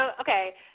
okay